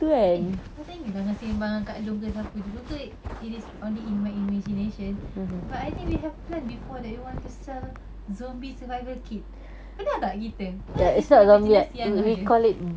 eh I think angah pernah sembang dengan kak long ke siapa dulu ke it is only my imagination but I think we have plan before that we want to sell zombie survival kit pernah tak kita ke itu imaginasi angah ada